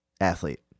athlete